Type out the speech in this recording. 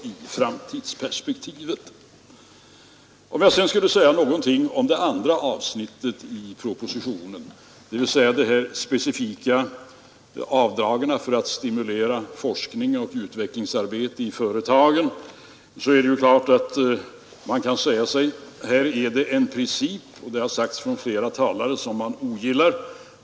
När det gäller det andra avsnittet i propositionen, dvs. de här specifika avdragen för att stimulera forskning och utvecklingsarbete i företagen, är det klart att man kan säga sig, att det här är en princip som man ogillar — och det har flera talare sagt.